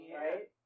right